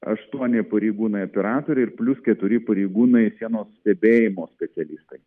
aštuoni pareigūnai operatoriai ir plius keturi pareigūnai sienos stebėjimo specialistai